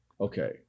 Okay